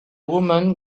woman